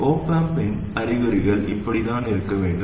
op amp இன் அறிகுறிகள் இப்படித்தான் இருக்க வேண்டும்